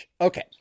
Okay